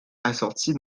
assortie